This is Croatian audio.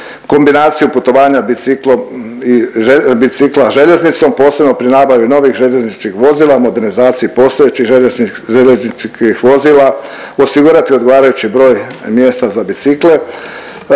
kombinaciju putovanja bicikla željeznicom, posebno pri nabavi novih željezničkih vozila, modernizaciji postojećih željezničkih vozila, osigurati odgovarajući broj mjesta za bicikle.